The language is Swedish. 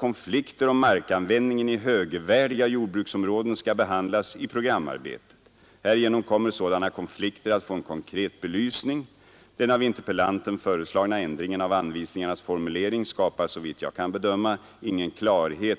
konflikter om markanvändningen i högvärdiga jordbruksområden skall Tisdagen den behandlas i programarbetet. Härigenom kommer sådana konflikter att få — 37 mars 1973 en konkret belysning. Den av interpellanten föreslagna ändringen av ————— anvisningarnas formulering skapar såvitt jag kan bedöma ingen klarhet Ang.